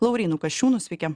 laurynu kasčiūnu sveiki